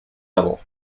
level